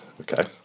Okay